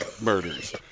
murders